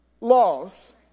laws